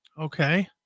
Okay